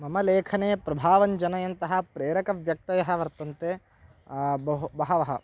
मम लेखने प्रभावञ्जनयन्तः प्रेरकव्यक्तयः वर्तन्ते बहु बहवः